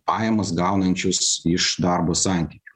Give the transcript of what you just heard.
pajamas gaunančius iš darbo santykių